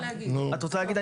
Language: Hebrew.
את רוצה להגיד?